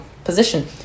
Position